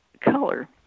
color